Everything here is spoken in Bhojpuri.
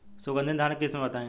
सुगंधित धान के किस्म बताई?